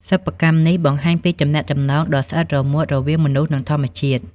សិប្បកម្មនេះបង្ហាញពីទំនាក់ទំនងដ៏ស្អិតរល្មួតរវាងមនុស្ស និងធម្មជាតិ។